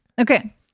Okay